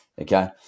okay